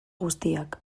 guztiak